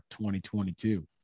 2022